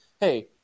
hey